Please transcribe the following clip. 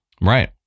Right